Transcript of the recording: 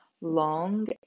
long